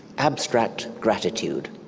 abstract gratitude,